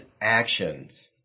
actions